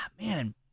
man